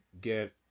get